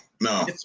no